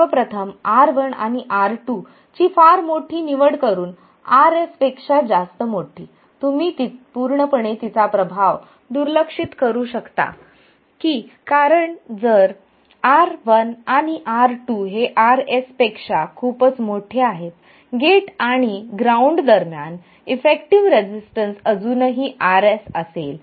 सर्व प्रथम R1 आणि R2 ची फार मोठी निवड करून Rs पेक्षा जास्त मोठी तुम्ही पूर्णपणे तिचा प्रभाव दुर्लक्षित करू शकता की कारण जर R1 आणि R2 हे Rs पेक्षा खूपच मोठे आहेत गेट आणि ग्राउंड दरम्यान इफेक्टिव्ह रेसिस्टन्स अजूनही Rs असेल